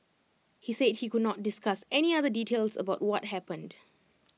he said he could not discuss any other details about what happened